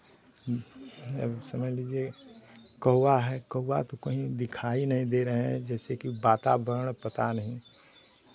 अब समझ लीजिए कौवा है कौवा तो कहीं दिखाई नहीं दे रहे हैं जैसेकि वातावरण पता नहीं